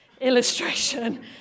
illustration